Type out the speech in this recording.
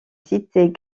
cités